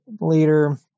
later